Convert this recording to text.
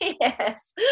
yes